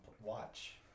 watch